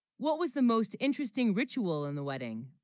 what, was the most interesting ritual in the wedding